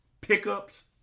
pickups